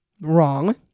wrong